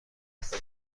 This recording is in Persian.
است